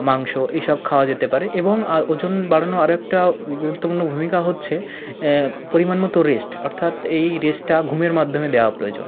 মাংস এই সব খাওয়া যেতে পারে এবং ওজন বাড়ানো আরও একটা গুরুত্বপূর্ণ ভূমিকা হচ্ছে পরিমাণমতো রেস্ট অর্থাৎ এই রেস্টটা ঘুমের মাধ্যমে দেওয়া প্রয়োজন